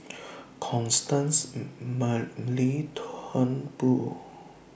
Constance Mary Turnbull